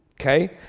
Okay